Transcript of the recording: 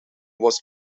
was